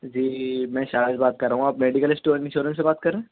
جی جی میں شارد بات کر رہا ہوں آپ میڈیکل اسٹور انشورین سے بات کر رہے ہیں